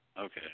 Okay